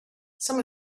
some